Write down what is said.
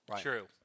True